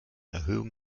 erhöhung